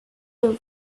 your